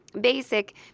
basic